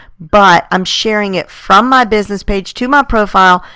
but i'm sharing it from my business page to my profile.